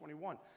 21